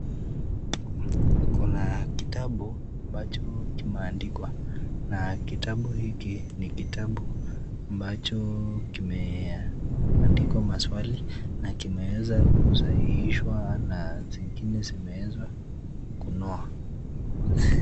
Kuna kitabu ambacho kimeandikwa na kitabu hiki ni kitabu ambacho kimeadikwa maswali na kimeweza kusahihishwa na zingine zimeweza kunoa.